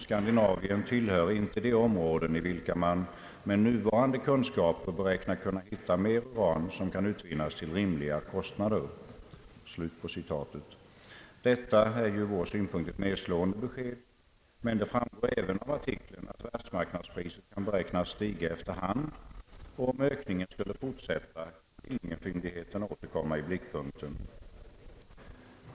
Skandinavien tillhör inte de områden i vilka man, med nuvarande kunskaper, beräknar kunna hitta mer uran som kan utvinnas till rimliga kost nader.» Detta är ju ur vår synpunkt ett nedslående besked, men det framgår även av artikeln att världsmarknadspriset kan beräknas stiga efter hand, och om ökningen skulle fortsätta kan Billingen-fyndigheten åter komma i blickpunkten.